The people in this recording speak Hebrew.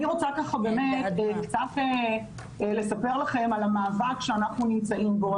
אני רוצה קצת לספר לכם על המאבק שאנחנו נמצאים בו.